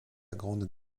grande